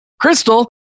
Crystal